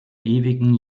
ewigen